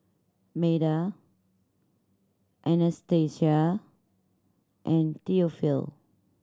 Meda Anastasia and Theophile